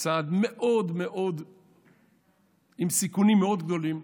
צעד עם סיכונים מאוד גדולים.